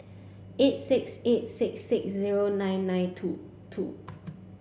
eight six eight six six zero nine nine two two